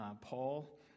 Paul